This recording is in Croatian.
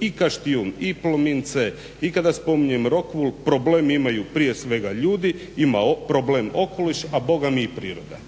i Kaštijun, i Plomin C, i kada spominjem Rokvul problem imaju prije svega ljudi, ima problem okoliš a bogami i priroda